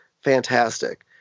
fantastic